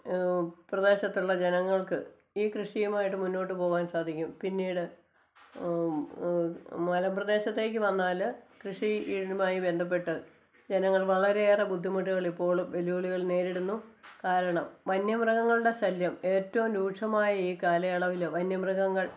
പ്രദേശത്തുള്ള ജനങ്ങള്ക്ക് ഈ കൃഷിയുമായിട്ട് മുന്നോട്ട് പോകാന് സാധിക്കും പിന്നീട് മലമ്പ്രദേശത്തേക്ക് വന്നാല് കൃഷിയുമായി ബന്ധപ്പെട്ട് ജനങ്ങള് വളരെയേറെ ബുദ്ധിമുട്ടുകള് ഇപ്പോളും വെല്ലുവിളികള് നേരിടുന്നു കാരണം വന്യമൃഗങ്ങളുടെ ശല്യം ഏറ്റവും രൂക്ഷമായ ഈ കാലയളവില് വന്യ മൃഗങ്ങള്